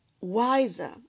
wiser